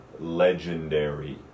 Legendary